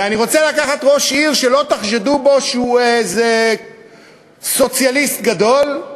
ואני רוצה לקחת ראש עיר שלא תחשדו בו שהוא איזה סוציאליסט גדול,